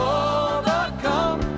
overcome